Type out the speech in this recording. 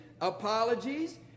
apologies